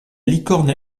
licorne